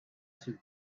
should